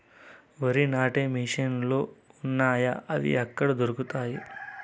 వరి నాటే మిషన్ ను లు వున్నాయా? అవి ఎక్కడ దొరుకుతాయి?